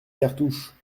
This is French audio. cartouches